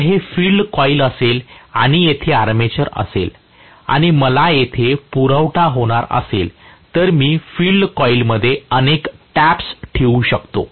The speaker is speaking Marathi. जर हे फील्ड कॉइल असेल आणि येथे आर्मेचर असेल आणि मला येथे पुरवठा होणार असेल तर मी फील्ड कॉइलमध्ये अनेक टॅप्स ठेवू शकतो